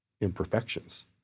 imperfections